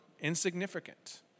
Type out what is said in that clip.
insignificant